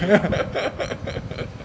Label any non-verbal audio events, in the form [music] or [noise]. [laughs]